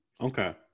Okay